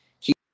keep